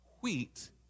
wheat